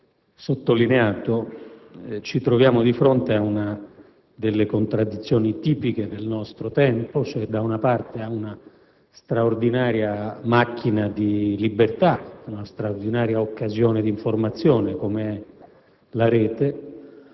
sottolineato, ci troviamo di fronte a una delle contraddizioni tipiche del nostro tempo. Da una parte, siamo in presenza di una straordinaria macchina di libertà, una straordinaria occasione di informazione, come la Rete;